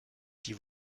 die